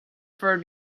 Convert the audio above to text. for